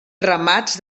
ramats